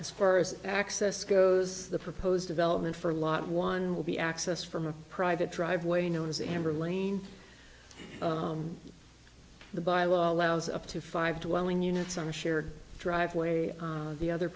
as far as access goes the proposed development for lot one will be accessed from a private driveway known as amber lane the by law allows up to five dwelling units on a shared driveway on the other